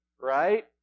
right